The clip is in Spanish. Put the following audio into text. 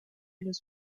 los